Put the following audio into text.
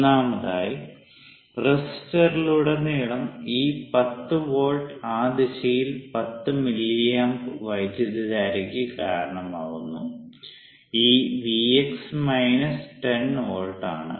ഒന്നാമതായി റെസിസ്റ്ററിലുടനീളം ഈ 10 വോൾട്ട് ആ ദിശയിൽ 10 മില്ലിയാമ്പ് വൈദ്യുതധാരയ്ക്ക് കാരണമാകുന്നു ഈ Vx മൈനസ് 10 വോൾട്ട് ആണ്